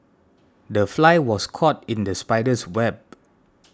the fly was caught in the spider's web